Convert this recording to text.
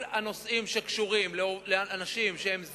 כל הנושאים שקשורים לאנשים שהם זרים,